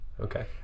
Okay